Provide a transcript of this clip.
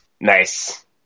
nice